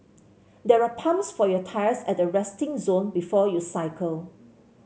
there are pumps for your tyres at the resting zone before you cycle